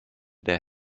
der